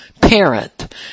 parent